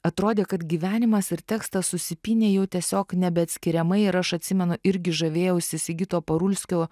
atrodė kad gyvenimas ir tekstas susipynė jau tiesiog nebeatskiriamai ir aš atsimenu irgi žavėjausi sigito parulskio